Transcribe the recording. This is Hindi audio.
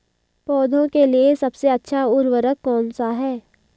पौधों के लिए सबसे अच्छा उर्वरक कौन सा है?